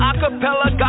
Acapella